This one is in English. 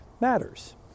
matters